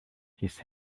his